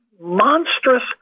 monstrous